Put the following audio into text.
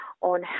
on